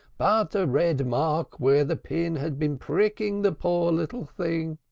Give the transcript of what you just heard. but a red mark where the pin had been pricking the poor little thing.